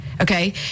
Okay